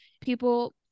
people